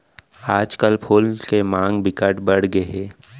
आजकल फूल के मांग बिकट बड़ गे हे